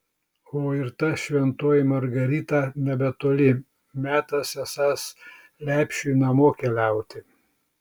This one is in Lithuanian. o ir ta šventoji margarita nebetoli metas esąs lepšiui namo keliauti